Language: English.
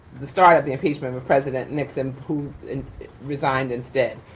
the start of the impeachment of of president nixon, who resigned instead.